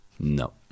no